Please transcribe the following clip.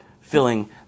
filling